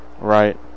Right